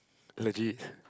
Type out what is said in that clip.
legit